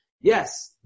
Yes